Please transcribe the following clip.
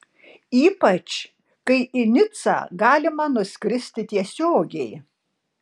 ypač kai į nicą galima nuskristi tiesiogiai